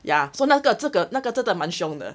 ya so 那个这个那个真的蛮凶的